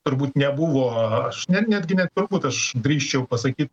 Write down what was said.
turbūt nebuvo aš net netgi ne turbūt aš drįsčiau pasakyt